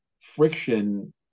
friction